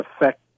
affect